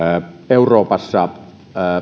euroopassa